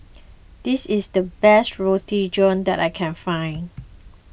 this is the best Roti John that I can find